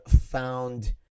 found